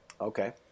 Okay